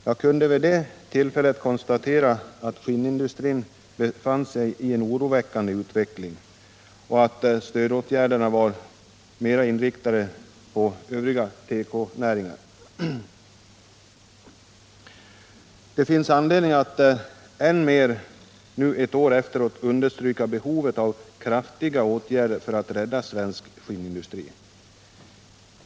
Jag kunde vid det tillfället konstatera att skinnindustrin befann sig i en oroväckande utveckling och att stödåtgärderna var mer inriktade på övriga tekonäringar. Det finns anledning att än mer nu ett år efteråt understryka behovet av kraftiga åtgärder för att rädda svensk skinnindustri.